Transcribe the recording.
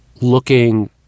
looking